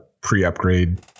pre-upgrade